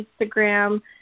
Instagram